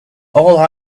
all